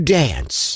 dance